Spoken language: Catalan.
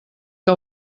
que